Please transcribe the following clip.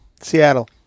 Seattle